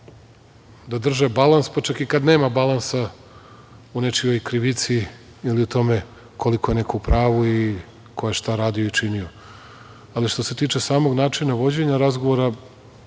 da drže balans, pa čak i kada nema balansa u nečijoj krivici ili u tome koliko je neko u pravu i ko je šta radio i činio. Ali, što se tiče samog načina vođenja razgovora